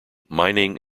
mining